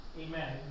amen